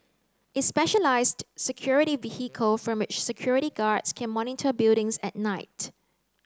a specialised security vehicle from which security guards can monitor buildings at night